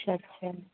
اچھا اچھا